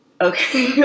okay